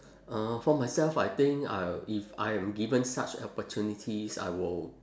uh for myself I think I'll if I'm given such opportunities I will